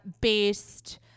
based